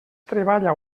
treballa